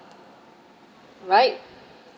right